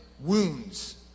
wounds